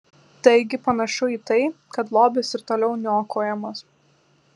taigi panašu į tai kad lobis ir toliau niokojamas